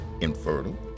infertile